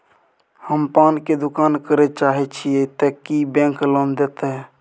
हम पान के दुकान करे चाहे छिये ते की बैंक लोन देतै?